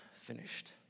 finished